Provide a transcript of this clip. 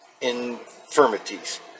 infirmities